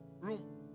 Room